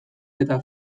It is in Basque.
eta